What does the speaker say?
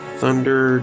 thunder